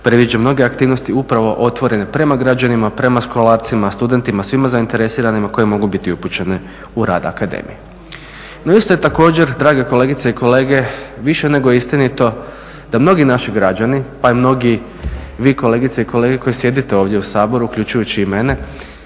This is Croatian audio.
predviđa mnoge aktivnosti upravo otvorene prema građanima, prema školarcima, studentima, svima zainteresiranima koji mogu biti upućene u rad akademije. No isto je također drage kolegice i kolege više nego istinito da mnogi naši građani pa i mnogi vi kolegice i kolege koji sjedite ovdje u Saboru uključujući i mene